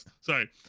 sorry